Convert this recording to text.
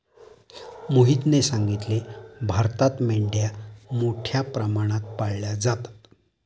मोहितने सांगितले, भारतात मेंढ्या मोठ्या प्रमाणात पाळल्या जातात